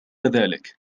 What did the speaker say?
ذلك